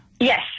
Yes